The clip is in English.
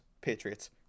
Patriots